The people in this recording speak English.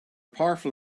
powerful